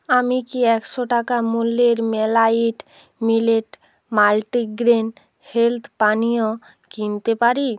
আমি কি একশো টাকা মূল্যের মেলাইট মিলেট মাল্টিগ্রেন হেল্থ পানীয় কিনতে পারি